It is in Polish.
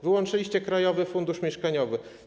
Wyłączyliście Krajowy Fundusz Mieszkaniowy.